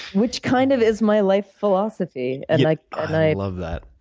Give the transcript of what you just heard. which kind of is my life philosophy. and like i love that.